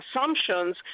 assumptions